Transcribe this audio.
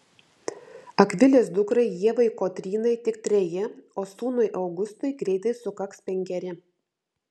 akvilės dukrai ievai kotrynai tik treji o sūnui augustui greitai sukaks penkeri